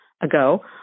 ago